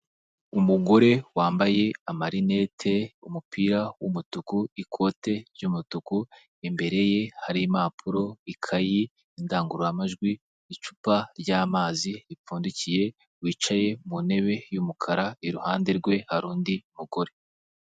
Umugore wambaye amarinete umupira w'umutuku ikote ry'umutuku imbere ye hari impapuro ikayi indangurura majwi icupa ry'amazi ripfundikiye wicaye mu ntebe y'umukara iruhande rwe hari undi mugore.